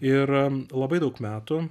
yra labai daug metų